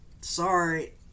sorry